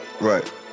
Right